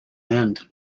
end